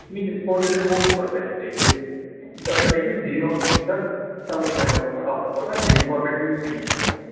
picnic spot جو ہے وہ سے لے کے زیرو تک سب اس میں کاونٹ ہوگا جم کارپیٹ بھی اسی میں ہوگا سر